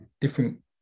different